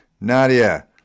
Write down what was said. Nadia